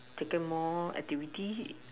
attend more activity